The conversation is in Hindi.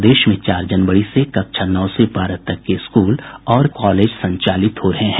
प्रदेश में चार जनवरी से कक्षा नौ से बारह तक के स्कूल और कॉलेज संचालित हो रहे हैं